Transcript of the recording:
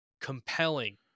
compelling